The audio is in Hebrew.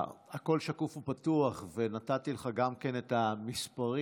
הכול שקוף ופתוח, ונתתי לך גם כן את המספרים: